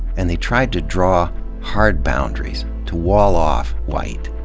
and they tried to draw hard boundaries, to wall off white.